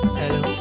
hello